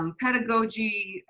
um pedagogy,